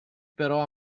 però